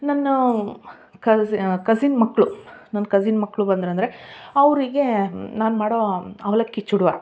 ನನ್ನ ಕಸಿ ಕಸಿನ್ ಮಕ್ಕಳು ನನ್ನ ಕಸಿನ್ ಮಕ್ಕಳು ಬಂದರು ಅಂದರೆ ಅವರಿಗೆ ನಾನು ಮಾಡೋ ಅವಲಕ್ಕಿ ಚೂಡ್ವ